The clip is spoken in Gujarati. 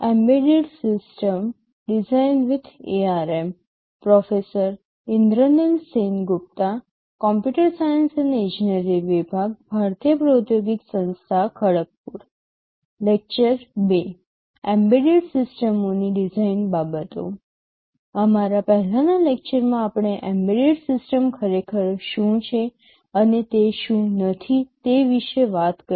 અમારા પહેલા લેક્ચરમાં આપણે એમ્બેડેડ સિસ્ટમ ખરેખર શું છે અને તે શું નથી તે વિશે વાત કરી